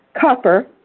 copper